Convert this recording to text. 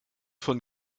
von